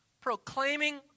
proclaiming